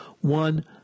one